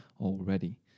already